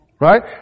Right